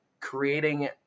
creating